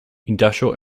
industrial